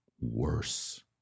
worse